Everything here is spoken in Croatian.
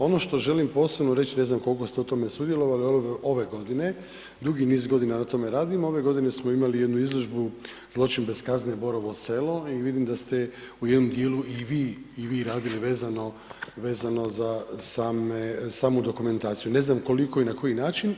Ono što želim posebno reć, ne znam koliko ste u tome sudjelovali ove godine, dugi niz godina na tome radimo, ove godine smo imali jednu izložbu Zločin bez kazne, Borovo selo i vidim da ste u jednom dijelu i vi radili vezano za samu dokumentaciju, ne znam koliko i na koji način.